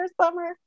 summer